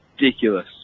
ridiculous